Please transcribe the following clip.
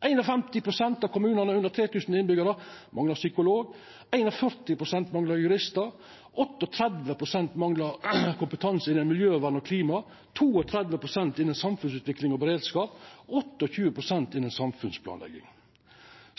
51 pst. av kommunane som har under 3 000 innbyggjarar, manglar psykolog, 41 pst. manglar juristar, 38 pst. manglar kompetanse innanfor miljøvern og klima, 32 pst. innanfor samfunnssikkerheit og beredskap og 28 pst. innanfor samfunnsplanlegging.